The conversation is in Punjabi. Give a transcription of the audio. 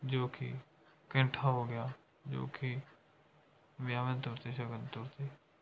ਜੋ ਕਿ ਕੈਂਠਾ ਹੋ ਗਿਆ ਜੋ ਕਿ ਵਿਆਹਾਂ ਦੇ ਤੌਰ 'ਤੇ ਸ਼ਗਨ ਦੇ ਤੌਰ 'ਤੇ